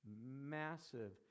massive